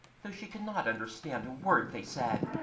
though she could not understand a word they said.